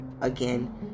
again